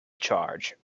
charge